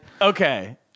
Okay